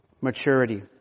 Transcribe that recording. maturity